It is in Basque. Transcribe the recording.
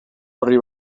orri